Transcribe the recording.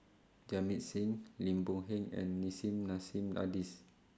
Jamit Singh Lim Boon Heng and Nissim Nassim Adis